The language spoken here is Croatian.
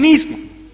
Nismo.